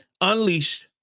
unleashed